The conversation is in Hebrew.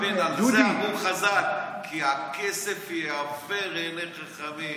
על זה אמרו חז"ל כי הכסף יעוור עיני חכמים.